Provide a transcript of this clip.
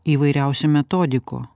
įvairiausių metodikų